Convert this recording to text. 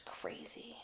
crazy